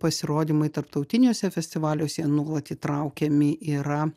pasirodymai tarptautiniuose festivaliuose nuolat įtraukiami yra